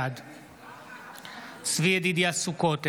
בעד צבי ידידיה סוכות,